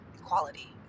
Equality